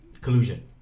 collusion